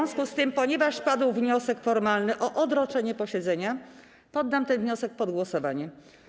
W związku z tym, ponieważ padł wniosek formalny o odroczenie posiedzenia, poddam ten wniosek pod głosowanie.